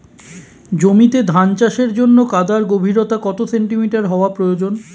জমিতে ধান চাষের জন্য কাদার গভীরতা কত সেন্টিমিটার হওয়া প্রয়োজন?